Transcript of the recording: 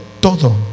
todo